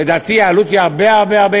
לדעתי העלות שלהם היא הרבה הרבה הרבה